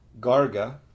garga